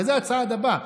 הרי זה הצעד הבא.